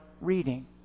reading